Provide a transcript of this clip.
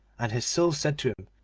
and his soul said to him,